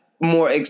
more